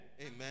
Amen